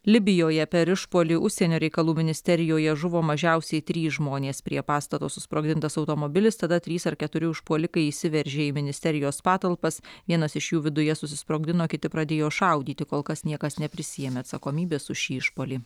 libijoje per išpuolį užsienio reikalų ministerijoje žuvo mažiausiai trys žmonės prie pastato susprogdintas automobilis tada trys ar keturi užpuolikai įsiveržė į ministerijos patalpas vienas iš jų viduje susisprogdino kiti pradėjo šaudyti kol kas niekas neprisiėmė atsakomybės už šį išpuolį